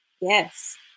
Yes